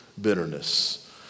bitterness